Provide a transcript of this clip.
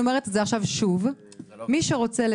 ודאי, של הרפורמה של העלאת גיל